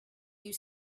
you